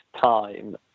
time